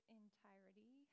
entirety